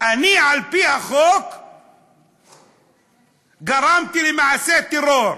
אני על-פי החוק גרמתי למעשה טרור.